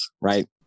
right